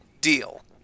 deal